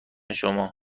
شما